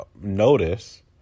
notice